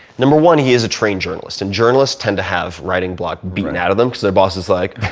number one, he is a trained journalist and journalists tend to have writing block beaten out of them because their boss is like,